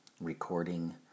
recording